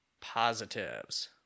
positives